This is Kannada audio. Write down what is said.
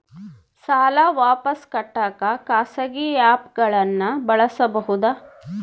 ಸಾಲ ವಾಪಸ್ ಕಟ್ಟಕ ಖಾಸಗಿ ಆ್ಯಪ್ ಗಳನ್ನ ಬಳಸಬಹದಾ?